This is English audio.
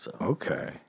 Okay